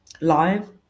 live